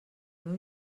meu